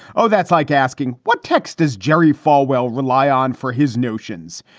oh, that's like asking what text is jerry falwell rely on for his notions?